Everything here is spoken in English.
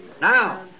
Now